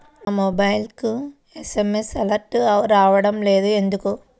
నా మొబైల్కు SMS alerts రావడం లేదు ఎందుకు?